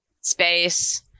space